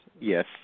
Yes